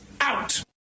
out